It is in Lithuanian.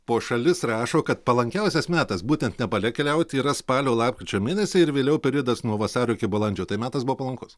po šalis rašo kad palankiausias metas būtent nepale keliauti yra spalio lapkričio mėnesiai ir vėliau periodas nuo vasario iki balandžio tai metas buvo palankus